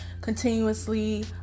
continuously